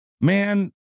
Man